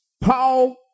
Paul